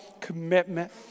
commitment